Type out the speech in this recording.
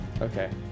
okay